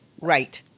Right